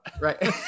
Right